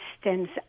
stands